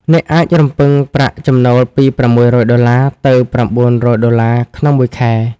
អ្នកអាចរំពឹងប្រាក់ចំណូលពី $600 ទៅ $900+ ក្នុងមួយខែ។